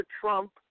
Trump